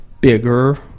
bigger